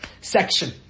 section